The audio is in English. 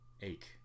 ache